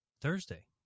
Thursday